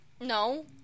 No